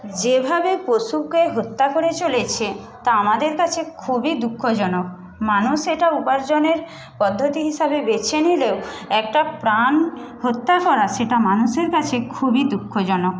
যেভাবে পশুকে হত্যা করে চলেছে তা আমাদের কাছে খুবই দুঃখজনক মানুষ এটা উপার্জনের পদ্ধতি হিসাবে বেছে নিলেও একটা প্রাণ হত্যা করা সেটা মানুষের কাছে খুবই দুঃখজনক